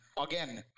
again